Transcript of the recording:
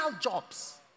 jobs